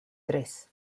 tres